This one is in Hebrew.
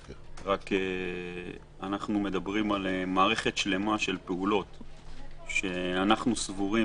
אנו מדברים על מערכת שלמה של פעולות שאנו סבורים